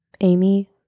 Amy